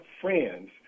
friends